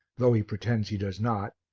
though he pretends he does not,